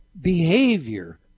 behavior